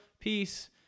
Peace